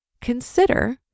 Consider